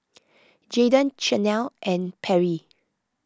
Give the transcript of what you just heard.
Jadon Chanelle and Perry